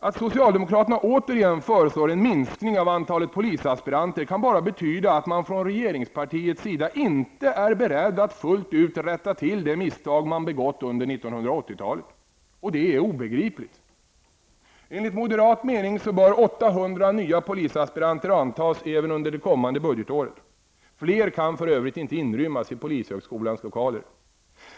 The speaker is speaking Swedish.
Att socialdemokraterna återigen föreslår en minskning av antalet polisaspiranter kan bara betyda att man från regeringspartiets sida inte är beredd att fullt ut rätta det misstag som man har begått under 1980-talet, och det är obegripligt. Vi moderater menar att 800 nya polisaspiranter bör antas även under det kommande budgetåret. Fler kan för övrigt inte inrymmas i polishögskolans lokaler.